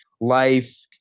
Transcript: life